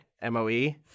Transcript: M-O-E